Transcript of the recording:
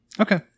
Okay